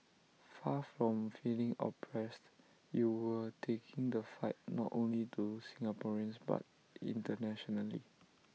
far from feeling oppressed you were taking the fight not only to Singaporeans but internationally